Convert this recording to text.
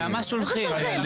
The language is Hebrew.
למה שולחים?